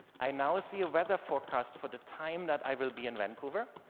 i now see a weather forecast for the time that i will be in vancouver,